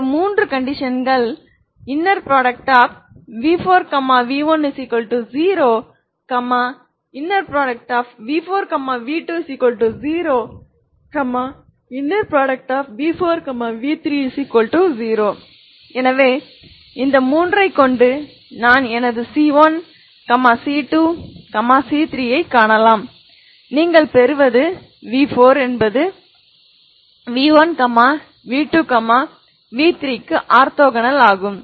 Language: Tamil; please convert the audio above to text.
இந்த மூன்று கண்டிஷன்கள் v4 v10 v4 v20 v4 v30 எனவே இந்த மூன்றை கொண்டு நான் எனது c1 c2 c3 ஐ காணலாம் நீங்கள் பெறுவது v4 என்பது v1 v2 v3 க்கு ஆர்த்தோகோனல் ஆகும்